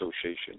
association